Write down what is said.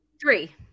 Three